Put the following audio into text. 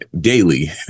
daily